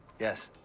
yes.